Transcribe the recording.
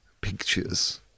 pictures